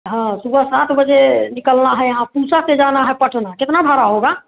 हाँ सुबह सात बजे निकलना है यहाँ पूसा से जाना है पटना कितना भाड़ा होगा